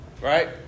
Right